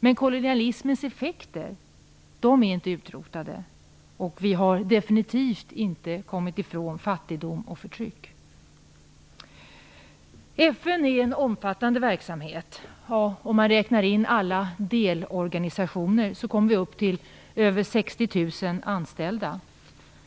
Men kolonialismens effekter är inte utrotade, och vi har definitivt inte kommit ifrån fattigdom och förtryck. FN är en omfattande verksamhet. Om man räknar in alla delorganisationer kommer vi upp till över 60 000 anställda.